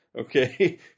okay